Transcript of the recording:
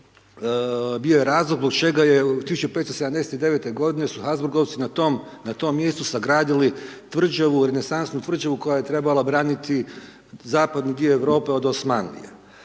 bio je razlog zbog čega je u 1579.-toj godini su Habsburgovci na tom mjestu sagradili tvrđavu, renesansnu tvrđavu koja je trebala braniti zapadni dio Europe od Osmanlije.